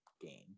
game